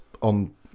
on